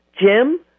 Jim